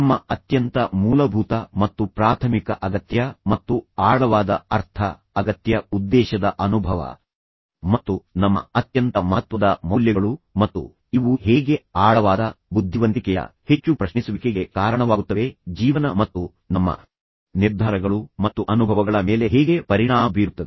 ನಮ್ಮ ಅತ್ಯಂತ ಮೂಲಭೂತ ಮತ್ತು ಪ್ರಾಥಮಿಕ ಅಗತ್ಯ ಮತ್ತು ಆಳವಾದ ಅರ್ಥ ಅಗತ್ಯ ಉದ್ದೇಶದ ಅನುಭವ ಮತ್ತು ನಮ್ಮ ಅತ್ಯಂತ ಮಹತ್ವದ ಮೌಲ್ಯಗಳು ಮತ್ತು ಇವು ಹೇಗೆ ಆಳವಾದ ಬುದ್ಧಿವಂತಿಕೆಯ ಹೆಚ್ಚು ಪ್ರಶ್ನಿಸುವಿಕೆಗೆ ಕಾರಣವಾಗುತ್ತವೆ ಜೀವನ ಮತ್ತು ನಮ್ಮ ನಿರ್ಧಾರಗಳು ಮತ್ತು ಅನುಭವಗಳ ಮೇಲೆ ಹೇಗೆ ಪರಿಣಾಮ ಬೀರುತ್ತದೆ